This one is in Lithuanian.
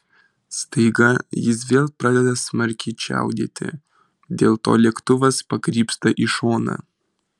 staiga jis vėl pradeda smarkiai čiaudėti dėl to lėktuvas pakrypsta į šoną